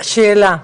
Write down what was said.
יש לי שאלה.